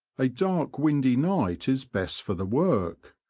a dark windy night is best for the work,